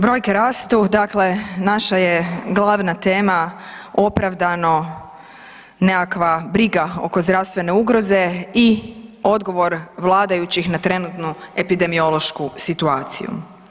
Brojke rastu, dakle, naša je glavna tema opravdano nekakva briga oko zdravstvene ugroze i odgovor vladajućih na trenutnu epidemiološku situaciju.